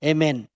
Amen